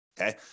okay